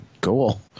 Cool